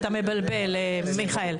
אתה מבלבל, מיכאל.